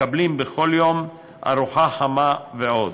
מקבלים בכל יום ארוחה חמה, ועוד.